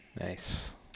Nice